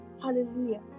Hallelujah